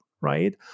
right